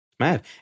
mad